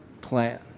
plan